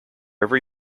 every